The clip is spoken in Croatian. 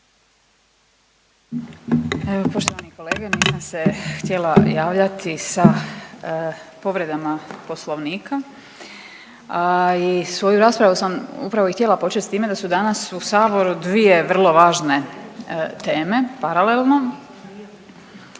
poštovani kolege, nisam se htjela javljati sa povredama poslovnika i svoju raspravu sam upravo i htjela počet s time da su danas u saboru dvije vrlo važne teme paralelno,